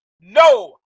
no